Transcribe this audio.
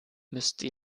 müsste